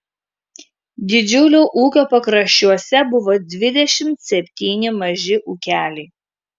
didžiulio ūkio pakraščiuose buvo dvidešimt septyni maži ūkeliai